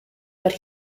but